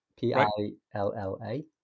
P-I-L-L-A